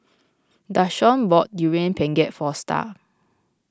Dashawn bought Durian Pengat for Star